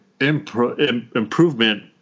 improvement